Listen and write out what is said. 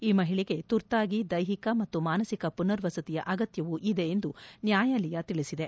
ಈ ಮಹಿಳೆಗೆ ತುರ್ತಾಗಿ ದೈಹಿಕ ಮತ್ತು ಮಾನಸಿಕ ಮನರ್ವಸತಿಯ ಅಗತ್ಯವೂ ಇದೆ ಎಂದು ನ್ಯಾಯಾಲಯ ತಿಳಿಸಿದೆ